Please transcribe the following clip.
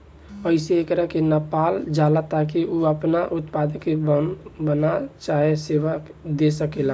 एहिसे एकरा के नापल जाला ताकि उ आपना उत्पाद के बना चाहे सेवा दे सकेला